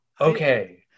okay